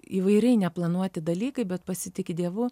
įvairiai neplanuoti dalykai bet pasitiki dievu